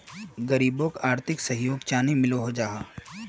गरीबोक आर्थिक सहयोग चानी मिलोहो जाहा?